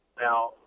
Now